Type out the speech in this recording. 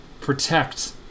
protect